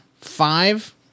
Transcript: Five